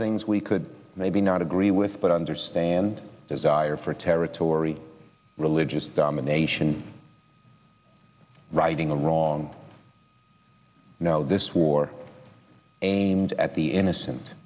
things we could maybe not agree with but understand desire for territory religious domination righting a wrong you know this war aimed at the innocen